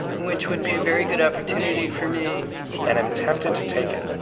which would be a very good opportunity for me and i'm tempted to take it.